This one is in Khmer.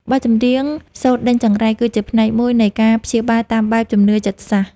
បទចម្រៀងសូត្រដេញចង្រៃ គឺជាផ្នែកមួយនៃការព្យាបាលតាមបែបជំនឿចិត្តសាស្ត្រ។